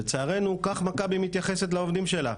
לצערנו כך מכבי מתייחסת לעובדים שלה,